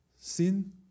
Sin